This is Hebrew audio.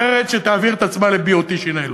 אחרת, שתעביר את עצמה ל-BOT שינהל.